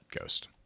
ghost